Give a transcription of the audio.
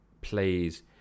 plays